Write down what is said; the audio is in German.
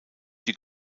die